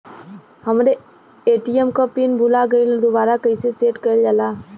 हमरे ए.टी.एम क पिन भूला गईलह दुबारा कईसे सेट कइलजाला?